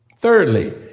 Thirdly